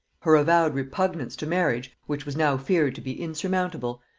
her avowed repugnance to marriage, which was now feared to be insurmountable,